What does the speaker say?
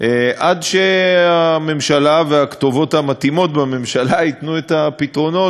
עד שהממשלה והכתובות המתאימות בממשלה ייתנו את הפתרונות.